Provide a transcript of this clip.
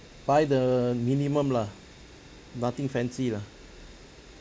buy the minimum lah nothing fancy lah